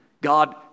God